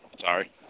sorry